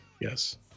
Yes